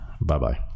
Bye-bye